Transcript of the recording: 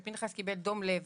שפנחס קיבל דום לב